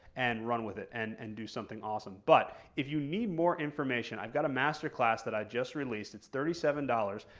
and run with it, and and do something awesome. but, if you need more information i've got a master class that i just released it's thirty seven dollars.